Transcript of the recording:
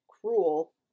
cruel